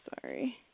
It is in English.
sorry